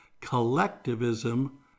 collectivism